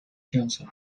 johnson